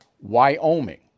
Wyoming